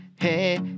hey